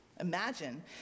Imagine